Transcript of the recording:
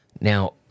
Now